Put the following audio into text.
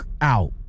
out